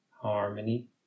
harmony